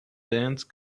dance